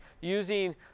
using